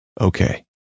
Okay